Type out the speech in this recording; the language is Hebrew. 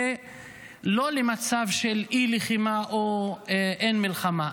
היא לא למצב של אין לחימה או אין מלחמה,